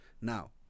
Now